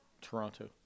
Toronto